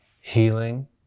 healing